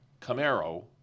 Camaro